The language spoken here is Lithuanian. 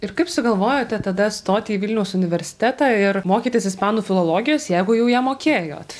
ir kaip sugalvojote tada stoti į vilniaus universitetą ir mokytis ispanų filologijos jeigu jau ją mokėjot